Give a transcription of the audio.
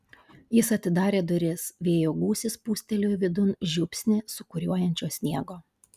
jis atidarė duris vėjo gūsis pūstelėjo vidun žiupsnį sūkuriuojančio sniego